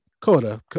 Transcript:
Coda